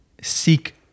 seek